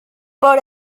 per